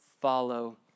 follow